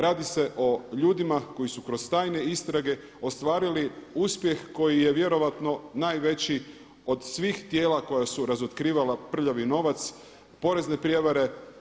Radi se o ljudima koji su kroz tajne istrage ostvarili uspjeh koji je vjerojatno najveći od svih tijela koja su razotkrivala prljavi novac, porezne prijevare.